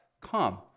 come